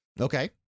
Okay